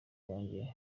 rwange